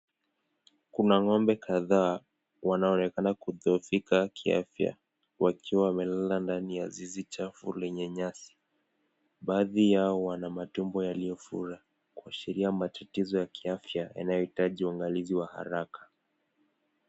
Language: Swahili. Kuna ng'ombe kadhaa wanaoonekana kuadhirika kiafya wakiwa wamelala ndani ya zizi chafu lenye nyasi. Baadhi yao wana matumbo yaliofura kuashiria matatizo ya kiafya yanayohitaji uangalizi wa haraka.